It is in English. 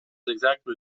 exactly